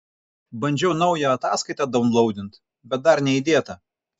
bandžiau naują ataskaitą daunlaudint bet dar neįdėta